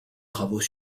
travaux